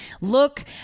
Look